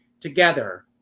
Together